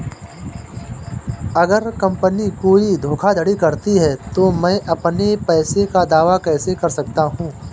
अगर कंपनी कोई धोखाधड़ी करती है तो मैं अपने पैसे का दावा कैसे कर सकता हूं?